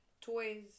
Toys